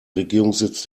regierungssitz